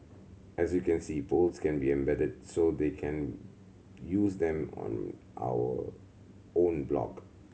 as you can see polls can be embedded so they can use them on our own blog